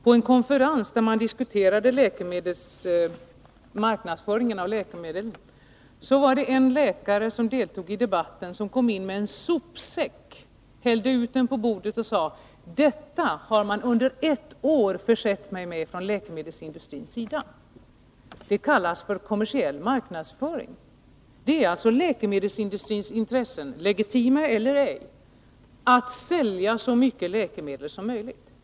På en konferens där man diskuterade marknadsföringen av läkemedel kom en läkare som deltog i debatten in med en sopsäck och hällde ut dess innehåll på ett bord och sade: ”Detta har man under ett år försett mig med från läkemedelsindustrins sida.” Det kallas för kommersiell marknadsföring. Det ligger i läkemedelsindustrins intressen — legitima eller ej — att sälja så mycket läkemedel som möjligt.